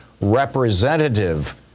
representative